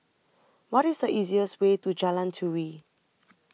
What IS The easiest Way to Jalan Turi